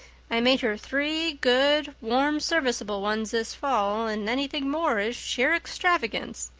i made her three good, warm, serviceable ones this fall, and anything more is sheer extravagance.